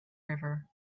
river